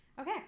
okay